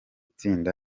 tsinda